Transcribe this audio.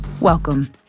welcome